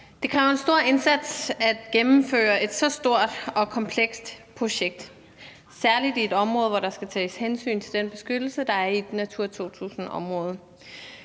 Det kræver en stor indsats at gennemføre et så stort og komplekst projekt, særlig i et område, hvor der skal tages hensyn til den beskyttelse, der er i et Natura 2000-område.